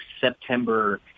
September